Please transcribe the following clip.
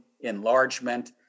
enlargement